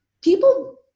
people